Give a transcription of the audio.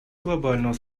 глобального